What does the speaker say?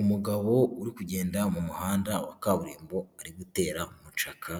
Umugabo uri kugenda mu muhanda wa kaburimbo, ari gutera mucaka,